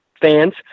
fans